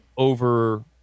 over